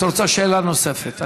את רוצה שאלה נוספת?